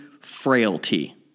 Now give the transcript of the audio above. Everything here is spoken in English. frailty